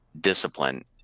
discipline